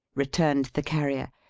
returned the carrier.